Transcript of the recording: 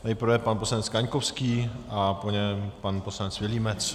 Nejprve pan poslanec Kaňkovský a po něm pan poslanec Vilímec.